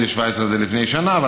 אבל אם זה 2017 אז לפני שנה,